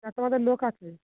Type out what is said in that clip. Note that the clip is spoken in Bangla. না তোমাদের লোক আছে